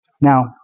Now